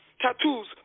Tattoos